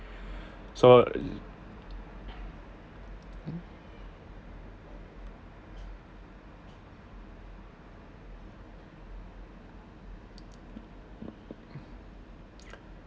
so